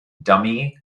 dummy